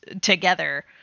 together